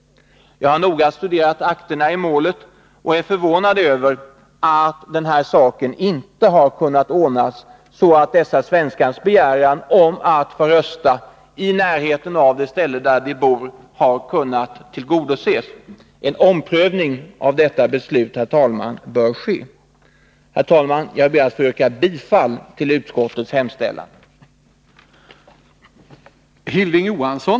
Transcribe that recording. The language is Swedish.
Jag har noga studerat akterna i målet och är förvånad över att den här saken inte har kunnat ordnas så att dessa svenskars begäran om att få rösta i närheten av den plats där de bor har kunnat tillgodoses. En omprövning av detta beslut bör ske av utrikesdepartementet. Herr talman! Jag ber att få yrka bifall till utskottets hemställan.